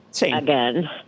again